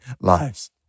lives